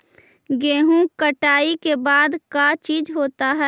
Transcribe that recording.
गेहूं कटाई के बाद का चीज होता है?